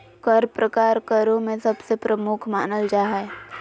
कर प्रकार करों में सबसे प्रमुख मानल जा हय